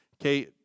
okay